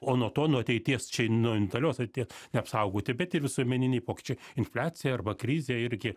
o nuo to nuo ateities čia nuo individualios ateities neapsaugoti bet tie visuomeniniai pokyčiai infliacija arba krizė irgi